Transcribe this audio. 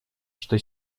что